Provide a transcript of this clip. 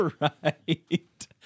Right